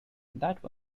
that